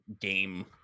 game